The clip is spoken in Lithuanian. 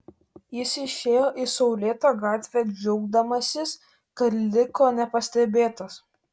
jis išėjo į saulėtą gatvę džiaugdamasis kad liko nepastebėtas